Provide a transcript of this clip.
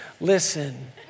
listen